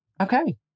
Okay